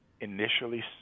initially